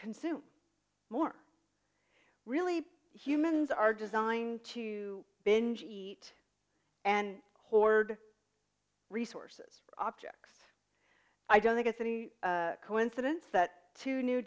consume more really humans are designed to binge eat and hoard resources objects i don't think it's any coincidence that two new